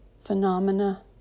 phenomena